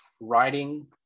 writing